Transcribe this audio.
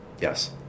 Yes